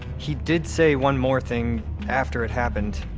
he did say one more thing after it happened.